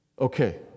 okay